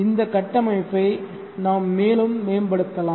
இந்த கட்டமைப்பை நாம் மேலும் மேம்படுத்தலாம்